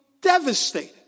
devastated